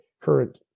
current